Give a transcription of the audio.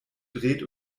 dreht